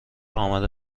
آمده